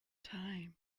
time